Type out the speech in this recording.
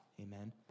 Amen